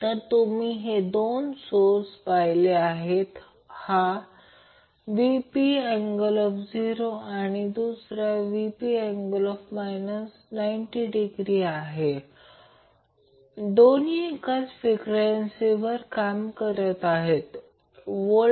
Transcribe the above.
या समीकरनाकडे पहा आणि कमी Q सह मॅक्सीमम VC हा ω0 च्या खाली येतो आणि VL मॅक्सीमम ω0 च्या वर होतो